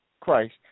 Christ